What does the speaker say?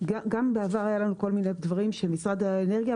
גם בעבר היו לנו כל מיני דברים של משרד האנרגיה.